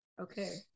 okay